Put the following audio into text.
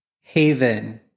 haven